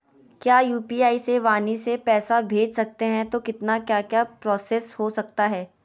क्या यू.पी.आई से वाणी से पैसा भेज सकते हैं तो कितना क्या क्या प्रोसेस हो सकता है?